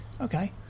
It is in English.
Okay